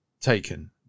taken